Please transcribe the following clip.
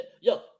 Yo